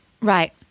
Right